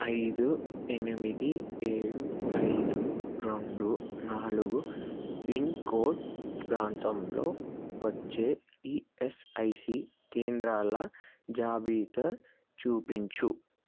ఐదు ఎనిమిది ఏడు ఐదు రెండు నాలుగు పిన్కోడ్ ప్రాంతంలో వచ్చే ఈఎస్ఐసి కేంద్రాల జాబితా చూపించు